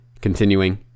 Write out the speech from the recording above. Continuing